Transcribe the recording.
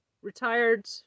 retired